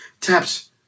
taps